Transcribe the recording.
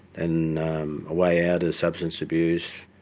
and a way out is substance abuse.